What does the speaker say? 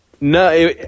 No